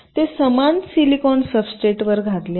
ते समान silicon substrate वर घातले आहेत